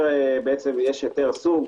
יש היתר סוג,